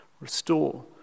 restore